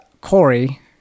Corey